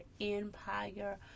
Empire